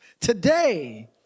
today